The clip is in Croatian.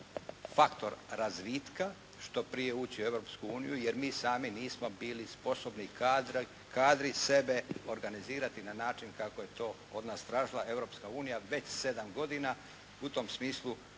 faktor razvitka što prije ući u Europsku uniju, jer mi sami nismo bili sposobni i kadri sebe organizirati na način kako je to od nas tražila Europska unija već sedam godina. U tom smislu